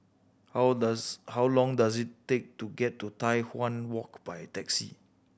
how does how long does it take to get to Tai Hwan Walk by taxi